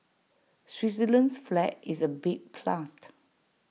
Switzerland's flag is A big plus